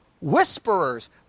Whisperers